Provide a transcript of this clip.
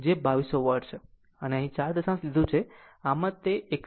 9 6 જે 2200 વોટ છે અને અહીં ચાર દશાંશ સ્થાન લીધું છે આમ જ તે 198